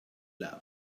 loved